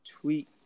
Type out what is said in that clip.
tweet